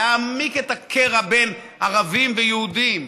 להעמיק את הקרע בין ערבים ליהודים.